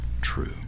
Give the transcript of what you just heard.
true